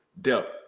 depth